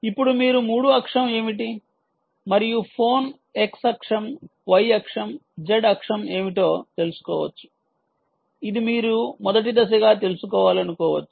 ఇప్పుడు మీరు 3 అక్షం ఏమిటి మరియు ఫోన్ x అక్షం y అక్షం z అక్షం అంటే ఏమిటో తెలుసుకోవచ్చు ఇది మీరు మొదటి దశగా తెలుసుకోవాలనుకోవచ్చు